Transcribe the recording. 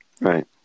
Right